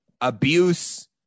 abuse